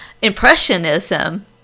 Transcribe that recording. impressionism